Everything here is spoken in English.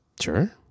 sure